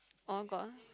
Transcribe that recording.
orh got